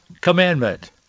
Commandment